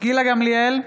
גילה גמליאל,